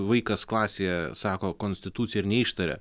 vaikas klasėje sako konstitucija ir neištaria